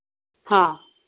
ହଁ